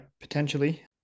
potentially